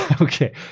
Okay